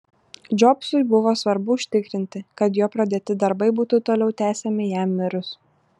džobsui buvo svarbu užtikrinti kad jo pradėti darbai būtų toliau tęsiami jam mirus